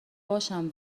باشم